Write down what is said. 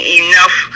enough